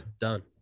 done